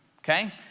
okay